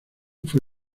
fue